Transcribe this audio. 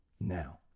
Now